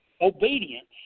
obedience